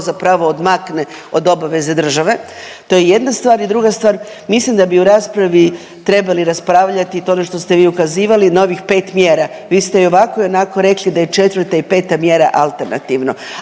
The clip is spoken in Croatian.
zapravo odmakne od obaveza države, to je jedna stvar. I druga stvar, mislim da bi u raspravi trebali raspravljati, to je ono što ste vi ukazivali, novih 5 mjera. Vi ste i ovako i onako rekli da je 4. i 5. mjera alternativno,